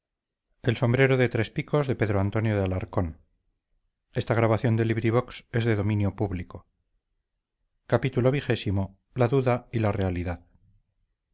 el sombrero de tres picos la casaca y la